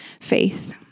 faith